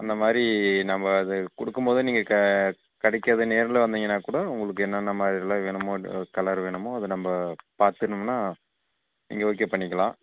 அந்த மாதிரி நம்ம அது கொடுக்கும் போதே நீங்கள் க கடைக்கு அதே நேர்ல வந்தீங்கன்னால் கூட உங்களுக்கு என்னென்ன மாதிரில்லாம் வேணுமோ அது கலர் வேணுமோ அது நம்ம பார்த்துன்னோம்னா நீங்கள் ஓகே பண்ணிக்கலாம்